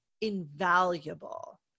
invaluable